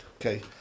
Okay